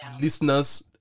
listeners